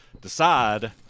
decide